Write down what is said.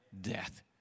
death